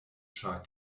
ĉar